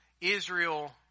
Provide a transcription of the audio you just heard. Israel